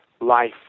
life